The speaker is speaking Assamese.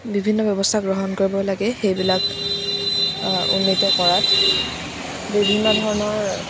বিভিন্ন ব্যৱস্থা গ্ৰহণ কৰিব লাগে সেইবিলাক উন্নত কৰাত বিভিন্ন ধৰণৰ